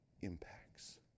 impacts